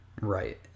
Right